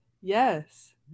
Yes